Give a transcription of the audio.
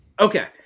Okay